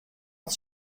oft